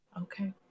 Okay